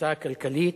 המעמסה הכלכלית.